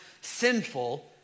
sinful